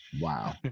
Wow